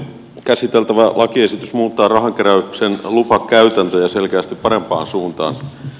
käsiteltävä lakiesitys muuttaa rahankeräyksen lupakäytäntöjä selkeästi parempaan suuntaan